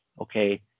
Okay